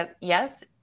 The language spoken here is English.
yes